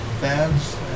fans